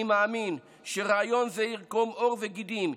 אני מאמין שרעיון זה יקרום עור וגידים,